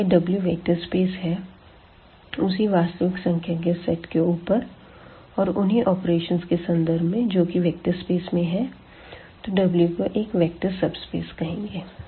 अगर यह W vector space है उसी वास्तविक संख्या के सेट के ऊपर और उन्हीं ऑपरेशन के संदर्भ में जो कि वेक्टर स्पेस में है तो W को एक वेक्टर सबस्पेस कहेंगे